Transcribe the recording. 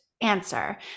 answer